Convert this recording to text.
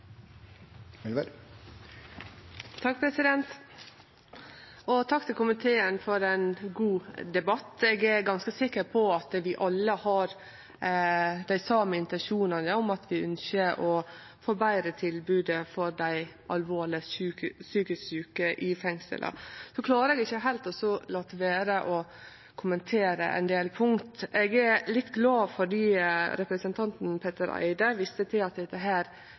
Takk til komiteen for ein god debatt. Eg er ganske sikker på at vi alle har dei same intensjonane – at vi ønskjer å forbetre tilbodet til dei alvorleg psykisk sjuke i fengsla. Så klarer eg ikkje heilt å la vere å kommentere ein del punkt: Eg er litt glad for at representanten Petter Eide viste til at dette faktisk ikkje er